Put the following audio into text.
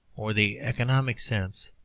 or the economic sense,